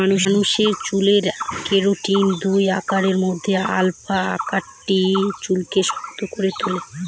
মানুষের চুলে কেরাটিনের দুই আকারের মধ্যে আলফা আকারটি চুলকে শক্ত করে তুলে